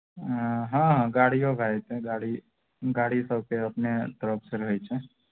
ऐँ हँ हँ गाड़ियो भए जेतय गाड़ी गाड़ी सबके अपने तरफसँ रहय छै